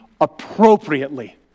appropriately